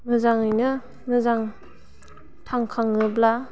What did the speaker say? मोजाङैनो मोजां थांखाङोब्ला